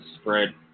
spread